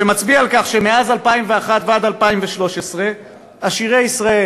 שמצביע על כך שמ-2001 עד 2013 עשירי ישראל